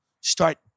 start